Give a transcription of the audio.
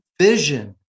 vision